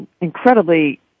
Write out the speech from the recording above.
incredibly